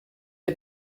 had